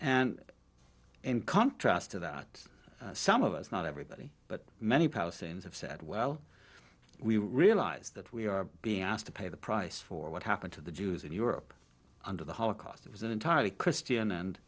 and in contrast to that some of us not everybody but many palestinians have said well we realize that we are being asked to pay the price for what happened to the jews in europe under the holocaust it was an entirely christian and